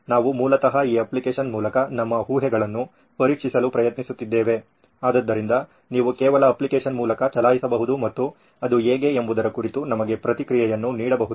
ನಾವು ಮೂಲತಃ ಈ ಅಪ್ಲಿಕೇಶನ್ ಮೂಲಕ ನಮ್ಮ ಊಹೆಗಳನ್ನು ಪರೀಕ್ಷಿಸಲು ಪ್ರಯತ್ನಿಸುತ್ತಿದ್ದೇವೆ ಆದ್ದರಿಂದ ನೀವು ಕೇವಲ ಅಪ್ಲಿಕೇಶನ್ ಮೂಲಕ ಚಲಾಯಿಸಬಹುದು ಮತ್ತು ಅದು ಹೇಗೆ ಎಂಬುದರ ಕುರಿತು ನಮಗೆ ಪ್ರತಿಕ್ರಿಯೆಯನ್ನು ನೀಡಬಹುದು